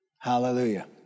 Hallelujah